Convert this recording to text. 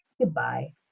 goodbye